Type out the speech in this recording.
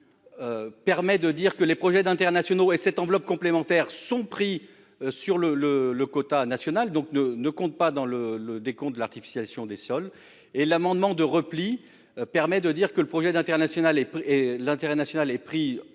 Permet de dire que les projets d'internationaux et cette enveloppe complémentaire sont pris sur le le le quota national donc ne ne compte pas dans le, le décompte de l'artificialisation des sols et l'amendement de repli permet de dire que le projet d'international et